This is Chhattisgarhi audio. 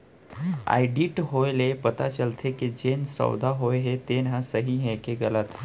आडिट होए ले पता चलथे के जेन सउदा होए हे तेन ह सही हे के गलत